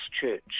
Church